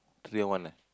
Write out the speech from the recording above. clear one eh